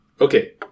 Okay